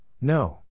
No